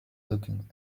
looking